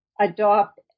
adopt